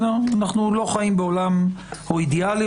אנחנו לא חיים בעולם אידאלי,